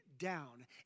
Down